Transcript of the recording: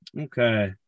Okay